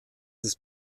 ist